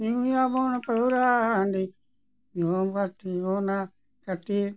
ᱧᱩᱭᱟᱵᱚᱱ ᱯᱟᱹᱣᱨᱟᱹ ᱦᱟᱺᱰᱤ ᱠᱟᱹᱴᱤᱡ